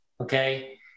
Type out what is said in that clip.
Okay